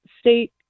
State